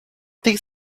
tenho